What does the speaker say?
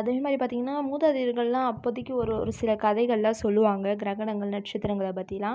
அதே மாதிரி பார்த்தீங்கனா மூதாதையர்கள்லாம் அப்போதைக்கு ஒரு ஒரு சில கதைகளில் சொல்லுவாங்க கிரகணங்கள் நட்சத்திரங்களை பற்றிலாம்